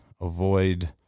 avoid